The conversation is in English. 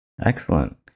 Excellent